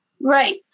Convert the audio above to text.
Right